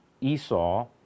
Esau